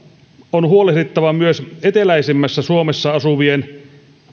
on huolehdittava myös eteläisemmässä suomessa asuvien